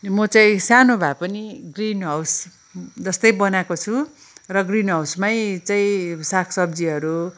म चाहिँ सानो भए पनि ग्रिन हाउस जस्तै बनाएको छु र ग्रिन हाउसमै चाहिँ सागसब्जीहरू